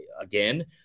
again